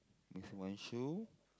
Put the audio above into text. with one shoe